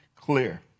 clear